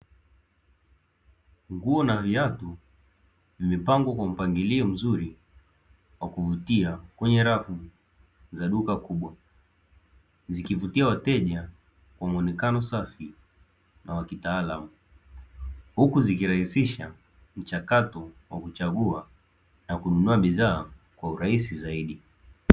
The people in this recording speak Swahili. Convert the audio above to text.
Nguo na viatu vimepangwa kwa mpangilio mzuri kwa kuvutia kwenye rafu za duka kubwa, zikivutia wateja kwa muonekano safi na wa kitaalamu huku zikirahisisha mchakato wa kuchagua na kununua bidhaa kwa urahisi zaidi.